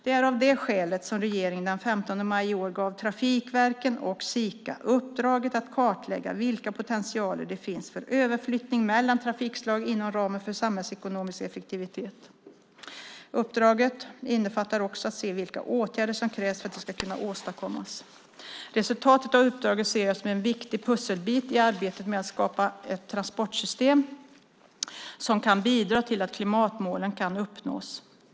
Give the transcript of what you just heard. Det är av det skälet som regeringen den 15 maj i år gav trafikverken och Sika uppdraget att kartlägga vilka potentialer det finns för överflyttning mellan trafikslag inom ramen för samhällsekonomisk effektivitet. Uppdraget innefattar också att se vilka åtgärder som krävs för att det ska kunna åstadkommas. Resultatet av uppdraget ser jag som en viktig pusselbit i arbetet med att skapa ett transportsystem som kan bidra till att klimatmålen kan uppnås.